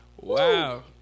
Wow